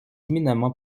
éminemment